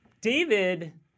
David